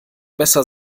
besser